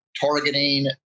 targeting